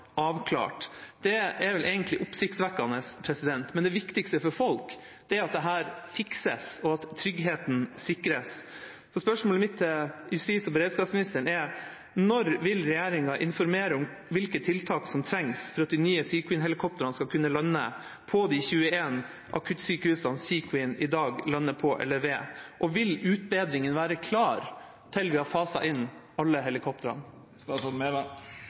avklart. Det er vel egentlig oppsiktsvekkende, men det viktigste for folk er at dette fikses, og at tryggheten sikres. Spørsmålet mitt til justis- og beredskapsministeren er: Når vil regjeringa informere om hvilke tiltak som trengs for at de nye SAR Queen-helikoptrene skal kunne lande på de 21 akuttsykehusene Sea King i dag lander på eller ved? Og vil utbedringene være klare til vi har faset inn alle